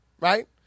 Right